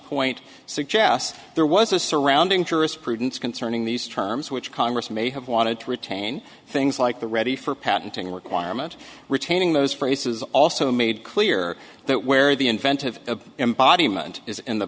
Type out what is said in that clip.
point suggests there was a surrounding jurisprudence concerning these terms which congress may have wanted to retain things like the ready for patenting requirement retaining those phrases also made clear that where the inventive embodiment is in the